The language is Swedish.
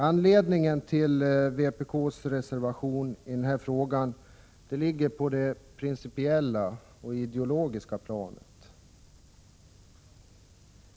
Anledningen till vpk:s reservation i denna fråga ligger på det principiella och ideologiska planet.